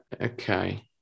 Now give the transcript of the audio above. Okay